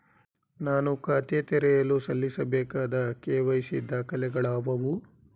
ನಾನು ಖಾತೆ ತೆರೆಯಲು ಸಲ್ಲಿಸಬೇಕಾದ ಕೆ.ವೈ.ಸಿ ದಾಖಲೆಗಳಾವವು?